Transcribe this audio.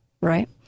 right